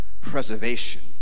preservation